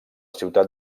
ciutat